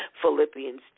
Philippians